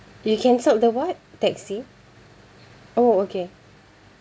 you cancelled the what taxi oh okay